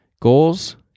goals